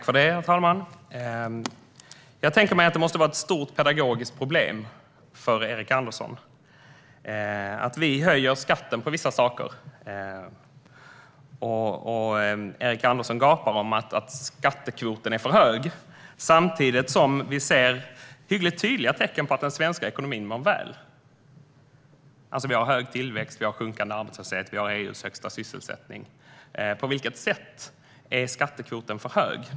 Herr talman! Det måste vara ett stort pedagogiskt problem för Erik Andersson att vi höjer skatten på vissa saker. Erik Andersson gapar om att skattekvoten är för hög samtidigt som vi ser hyggligt tydliga tecken på att den svenska ekonomin mår väl. Vi har hög tillväxt, sjunkande arbetslöshet och EU:s högsta sysselsättning. På vilket sätt är skattekvoten för hög?